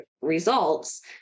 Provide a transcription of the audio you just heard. results